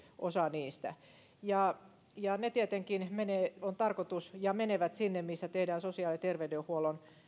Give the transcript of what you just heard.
osa niistä on mennyt ja tietenkin niiden on tarkoitus mennä ja menevät sinne missä tehdään sosiaali ja terveydenhuollon